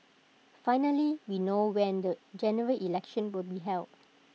finally we know when the General Election will be held